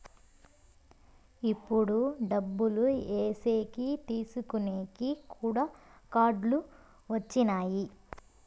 ఇప్పుడు డబ్బులు ఏసేకి తీసుకునేకి కూడా కార్డులు వచ్చినాయి